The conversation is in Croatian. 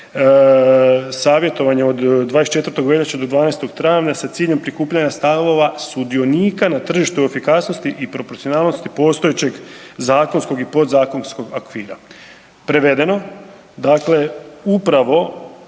savjetovanje od 24. veljače do 12. travnja sa ciljem prikupljanja stavova sudionika na tržištu efikasnosti i proporcionalnosti postojećeg zakonskog i podzakonskog okvira. Prevedeno, dakle upravo